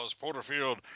Porterfield